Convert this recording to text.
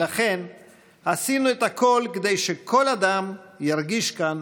לכן עשינו את הכול כדי שכל אדם ירגיש כאן